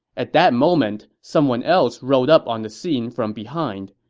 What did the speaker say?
at that moment, someone else rode up on the scene from behind.